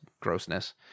grossness